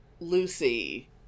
Lucy